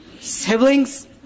siblings